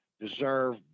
deserve